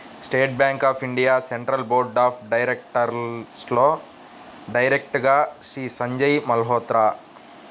state Bank of India Central Board of డైరెక్టర్స్లో డైరెక్టర్గా శ్రీ సంజయ్ మల్హోత్రా